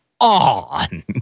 on